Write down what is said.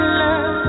love